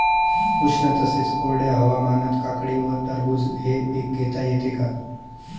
उष्ण तसेच कोरड्या हवामानात काकडी व टरबूज हे पीक घेता येते का?